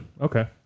Okay